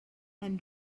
and